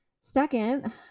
second